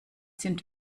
sind